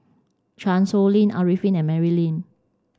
Chan Sow Lin Arifin and Mary Lim